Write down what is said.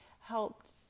helped